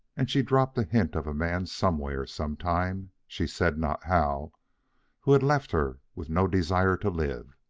and she dropped a hint of a man somewhere, sometime she said not how who had left her with no desire to live.